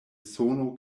sono